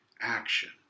action